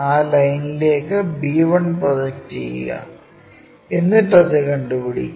ആ ലൈനിലേക്ക് b1 project ചെയ്യുക എന്നിട്ടു അത് കണ്ടുപിടിക്കുക